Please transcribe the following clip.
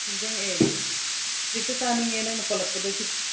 ꯅꯤꯡꯁꯤꯉꯛꯑꯦ ꯍꯧꯖꯤꯛꯇ ꯆꯥꯅꯤꯡꯉꯛꯑꯦ ꯅꯪꯅ ꯄꯜꯂꯛꯄꯗꯒꯤ